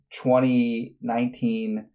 2019